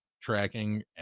tracking